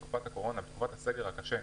להימנע ככל הניתן מאכיפה בתקופת הסגר הקשה,